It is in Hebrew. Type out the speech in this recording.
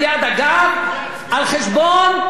על חשבון האזרחים,